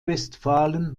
westfalen